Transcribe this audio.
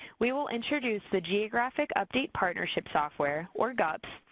we will introduce the geographic update partnership software, or gups,